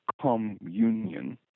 communion